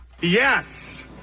Yes